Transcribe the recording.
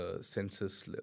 census